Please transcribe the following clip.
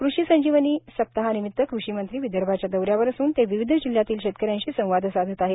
कृषी संजीवनी सप्ताहनिमित्त कृषी मंत्री विदर्भाच्या दौऱ्यावर असून ते विविध जिल्ह्यातील शेतक यांशी संवाद साधत आहेत